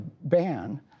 ban